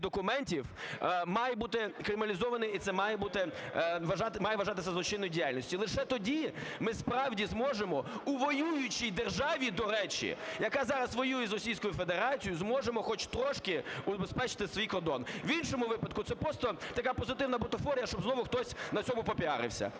документів має бути криміналізований і це має вважатися злочинною діяльністю. Лише тоді ми справді зможемо у воюючій державі, до речі, яка зараз воює з Російською Федерацією, зможемо хоч трошки убезпечити свій кордон. В іншому випадку це просто така позитивна бутафорія, щоб знову хтось на цьому попіарився.